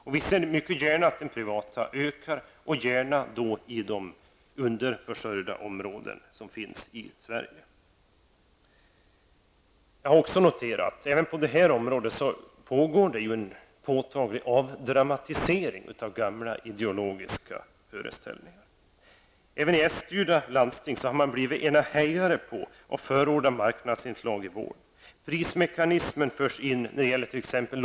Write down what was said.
Men vi ser mycket gärna att den privata ökar, gärna i de underförsörjda områden som finns i Sverige. Jag har också noterat att det även på detta område pågår en påtaglig avdramatisering av gamla ideologiska föreställningar. Även i socialdemokratiskt styrda landsting har man blivit ''ena hejare på'' att förorda marknadsinslag i vården. Prismekanismen förs in när det gäller t.ex.